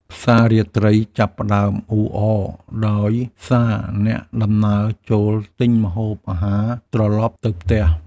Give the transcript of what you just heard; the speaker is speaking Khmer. ផ្សាររាត្រីចាប់ផ្ដើមអ៊ូអរដោយសារអ្នកដំណើរចូលទិញម្ហូបអាហារត្រឡប់ទៅផ្ទះ។